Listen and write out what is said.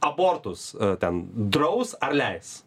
abortus ten draus ar leis